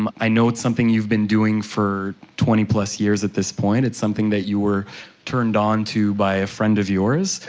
um i know it's something you've been doing for twenty plus years at this point. it's something that you were turned on to by a friend of yours,